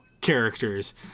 characters